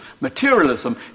Materialism